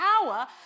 power